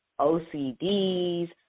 OCDs